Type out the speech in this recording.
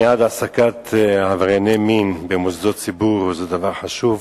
מניעת העסקת עברייני מין במוסדות ציבור זה דבר חשוב,